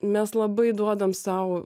mes labai duodam sau